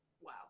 Wow